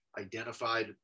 identified